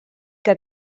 que